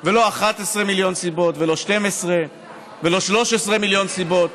ולא 11 מיליון סיבות ולא 12 ולא 13 מיליון סיבות